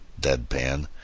deadpan